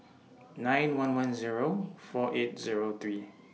nine one one Zero four eight Zero three